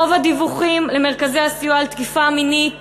רוב הדיווחים למרכזי הסיוע על תקיפה מינית